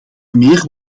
meer